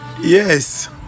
yes